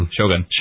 Shogun